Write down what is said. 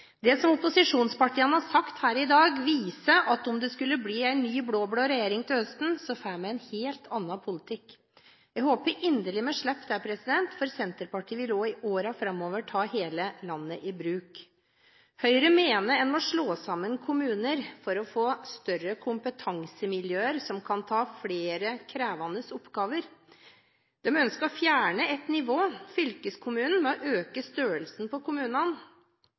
Det som opposisjonspartiene har sagt her i dag, viser at om det skulle bli en ny blå-blå regjering til høsten, får vi en helt annen politikk. Jeg håper inderlig at vi slipper det, for Senterpartiet vil også i årene framover ta hele landet i bruk. Høyre mener at en må slå sammen kommuner for å få større kompetansemiljøer som kan ta flere krevende oppgaver. De ønsker å fjerne et nivå, fylkeskommunen, ved å øke størrelsen på kommunene.